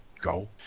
go